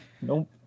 Nope